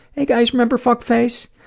hey guys, remember fuckface?